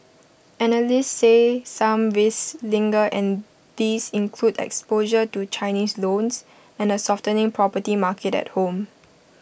analysts say some risks linger and these include exposure to Chinese loans and A softening property market at home